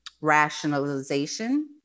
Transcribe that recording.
rationalization